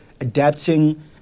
adapting